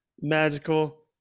magical